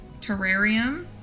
terrarium